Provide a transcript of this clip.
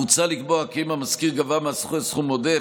מוצע לקבוע כי אם המשכיר גבה מהשוכר סכום עודף,